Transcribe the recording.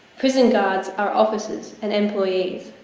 prison guards are officers and employees.